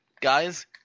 guys